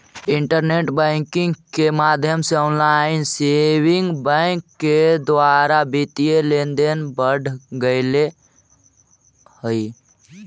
internet banking के माध्यम से ऑनलाइन सेविंग बैंक के द्वारा वित्तीय लेनदेन बढ़ गेले हइ